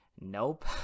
Nope